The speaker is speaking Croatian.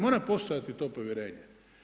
Mora postojati to povjerenje.